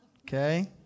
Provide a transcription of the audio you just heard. Okay